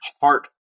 heart